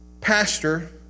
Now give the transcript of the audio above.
pastor